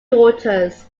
daughters